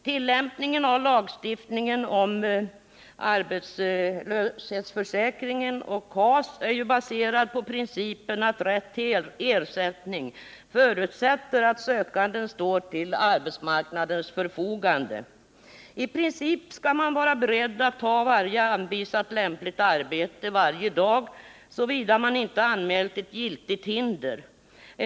Tillämpningen av lagstiftningen om arbetslöshetsförsäkringen och KAS är ju baserad på principen att rätt till ersättning förutsätter att sökanden står till arbetsmarknadens förfogande. I princip skall man vara beredd att ta varje anvisat lämpligt arbete varje dag såvida man inte anmält ett giltigt hinder.